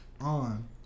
on